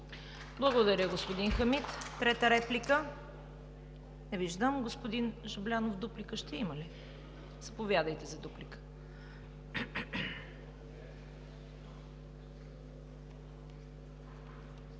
Благодаря, господин Хамид. Трета реплика? Не виждам. Господин Жаблянов, дуплика ще има ли? Заповядайте.